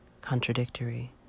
Contradictory